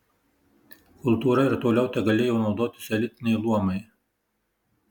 kultūra ir toliau tegalėjo naudotis elitiniai luomai